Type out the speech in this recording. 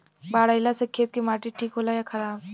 बाढ़ अईला से खेत के माटी ठीक होला या खराब?